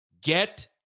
Get